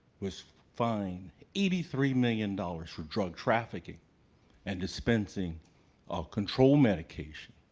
was fined eighty three million dollars for drug trafficking and dispensing of controlled medication,